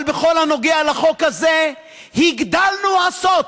אבל בכל הנוגע לחוק הזה הגדלנו עשות.